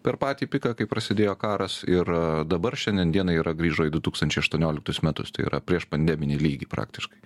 per patį piką kai prasidėjo karas ir dabar šiandien dienai yra grįžo į du tūkstančiai aštuonioliktus metus tai yra prieš pandeminį lygį praktiškai